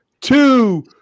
two